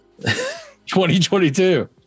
2022